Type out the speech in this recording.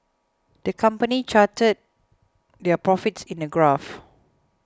the company charted their profits in a graph